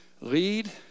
Lead